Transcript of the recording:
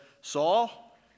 Saul